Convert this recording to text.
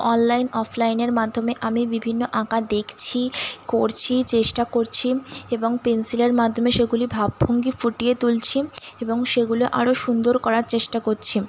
online অফলাইনের মাধ্যমে আমি বিভিন্ন আঁকা দেখছি করছি চেষ্টা করছি এবং পেনসিলের মাধ্যমে সেগুলির ভাবভঙ্গী ফুটিয়ে তুলছি এবং সেগুলো আরও সুন্দর করার চেষ্টা করছি